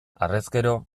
harrezkero